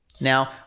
Now